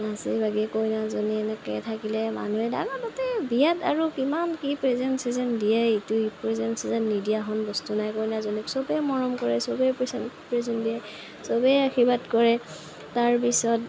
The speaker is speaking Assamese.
নাচি বাগি কইনাজনীয়ে এনেকে থাকিলে মানুহে তাতে বিয়াত আৰু কিমান কি প্ৰেজেন চেজেন দিয়ে এইটো প্ৰেজেন চেজেন নিদিয়াখন বস্তু নাই কইনাজনীক চবে মৰম কৰে চবেই প্ৰেজেন দিয়ে চবেই আৰ্শীবাদ কৰে তাৰপিছত